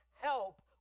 help